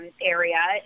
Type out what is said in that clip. area